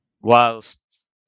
Whilst